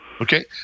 Okay